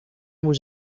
with